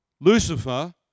Lucifer